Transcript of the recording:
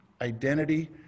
identity